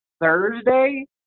thursday